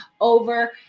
over